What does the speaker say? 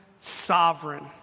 sovereign